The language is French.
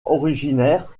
originaire